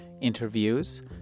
interviews